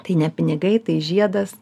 tai ne pinigai tai žiedas